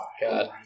God